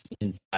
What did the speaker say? inside